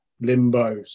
limbo